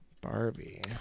Barbie